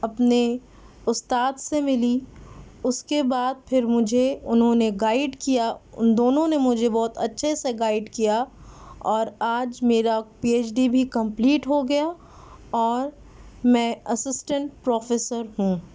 اپنے استاد سے ملی اس کے بعد پھر مجھے انہوں نے گائڈ کیا ان دونوں نے مجھے بہت اچھے سے گائڈ کیا اور آج میرا پی ایچ ڈی بھی کمپلیٹ ہو گیا اور میں اسسٹنٹ پروفیسر ہوں